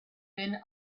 been